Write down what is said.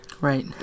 Right